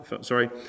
sorry